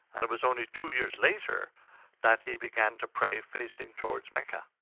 and it was only two years later that he began to pray facing towards mecca.